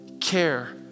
care